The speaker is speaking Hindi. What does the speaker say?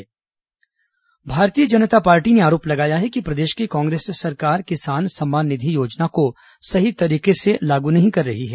किसान सम्मान निधि भाजपा आरोप भारतीय जनता पार्टी ने आरोप लगाया है कि प्रदेश की कांग्रेस सरकार किसान सम्मान निधि योजना का सही तरीके से लागू नहीं कर रही है